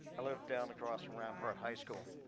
i live down across rampart high school.